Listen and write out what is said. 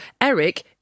Eric